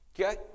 Okay